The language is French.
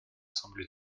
semble